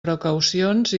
precaucions